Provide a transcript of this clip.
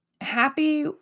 Happy